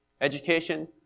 Education